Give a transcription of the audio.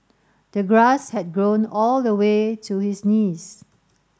the grass had grown all the way to his knees